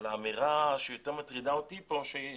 האמירה שיותר מטרידה אותי פה, שהיא